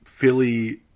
Philly